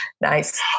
Nice